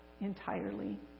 entirely